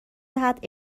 دهد